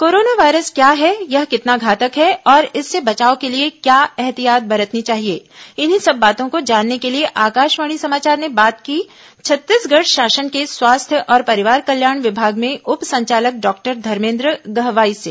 corona virus क्या है यह कितना घातक है और इससे बचाव के लिए क्या एहतियात बरतनी चाहिए इन्हीं सब बातों को जानने के लिए आकाशवाणी समाचार ने बात की छत्तीसगढ़ शासन के स्वास्थ्य और परिवार कल्याण विभाग में उप संचालक डॉक्टर धर्मेन्द गहवाई से